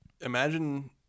Imagine